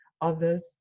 others